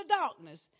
darkness